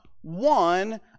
one